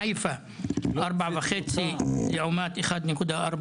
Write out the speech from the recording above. חיפה 4.5 בקרב החברה הערבית לעומת 1.4